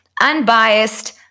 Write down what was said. unbiased